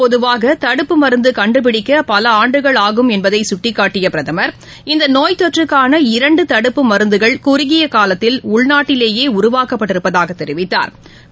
பொதுவாகதடுப்பு மருந்துகண்டுபிடிக்கபலஆண்டுகள் ஆகும் என்பதைசுட்டிக்காட்டியபிரதமர் இந்தநோய் தொற்றுக்கான இரண்டுதடுப்பு மருந்துகள் குறுகியகாலத்தில் உள்நாட்டிலேயேஉருவாக்கப்பட்டிருப்பதாகஅவா தெரிவித்தாா்